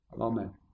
amen